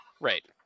right